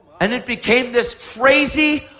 and it became this crazy,